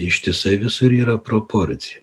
ištisai visur yra proporcija